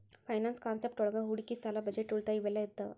finance concept ಒಳಗ ಹೂಡಿಕಿ ಸಾಲ ಬಜೆಟ್ ಉಳಿತಾಯ ಇವೆಲ್ಲ ಇರ್ತಾವ